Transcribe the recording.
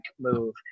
move